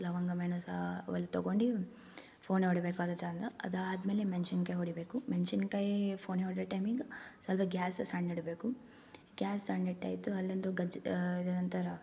ಲವಂಗ ಮೆಣಸು ಅವೆಲ್ಲ ತಗೊಂಡು ಫೋನೆ ಹೊಡಿಬೇಕು ಅದಾದ್ಮೇಲೆ ಮೆಣಸಿನ್ಕಾಯಿ ಹೊಡಿಬೇಕು ಮೆಣಸಿನ್ಕಾಯಿ ಫೋನೆ ಹೊಡಿಯೋ ಟೈಮಿಗೆ ಸ್ವಲ್ಪ ಗ್ಯಾಸ್ ಸಣ್ಣ ಇಡ್ಬೇಕು ಗ್ಯಾಸ್ ಸಣ್ಣ ಇಟ್ಟಾಯ್ತು ಅಲ್ಲೊಂದು ಗಜ್ ಏನಂತರೆ